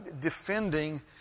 defending